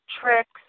tricks